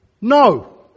No